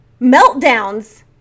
meltdowns